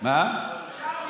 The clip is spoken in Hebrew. בשער בנימין.